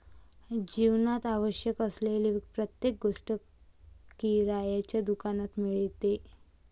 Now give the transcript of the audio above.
जीवनात आवश्यक असलेली प्रत्येक गोष्ट किराण्याच्या दुकानात मिळते